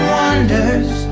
wonders